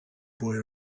boy